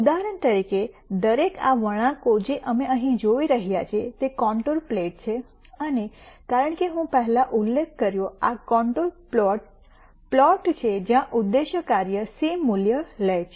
ઉદાહરણ તરીકે દરેક આ વણાંકો જે અમે અહીં જોઈ રહ્યા છે તે કોંન્ટુર પ્લોટ છે અને કારણ કે હું પહેલા ઉલ્લેખ કર્યો આ કોંન્ટુર પ્લોટ પ્લોટ છે જ્યાં ઉદ્દેશ કાર્ય સેમ મૂલ્ય લે છે